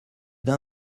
d’un